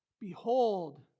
behold